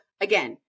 again